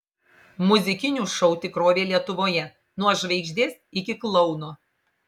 muzikinių šou tikrovė lietuvoje nuo žvaigždės iki klouno